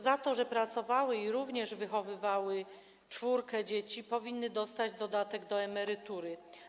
Za to, że pracowały i jednocześnie wychowywały czwórkę dzieci, powinny dostać dodatek do emerytury.